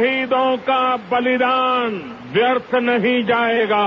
शहीदों का बलिदान व्यर्थ नहीं जाएगा